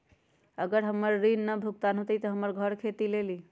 अगर हमर ऋण न भुगतान हुई त हमर घर खेती लेली?